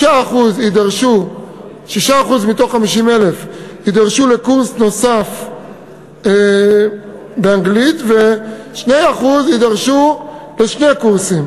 6% מתוך 50,000 יידרשו לקורס נוסף באנגלית ו-2% יידרשו לשני קורסים.